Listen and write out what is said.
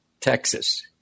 Texas